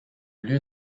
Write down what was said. lieu